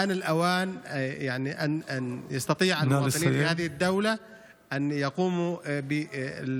(אומר בערבית: הגיע הזמן שהאזרחים במדינה הזאת יוכלו להשתתף,